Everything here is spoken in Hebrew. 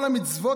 כל המצוות,